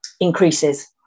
increases